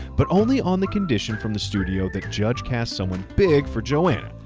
but only on the condition from the studio that judge cast someone big for joanne,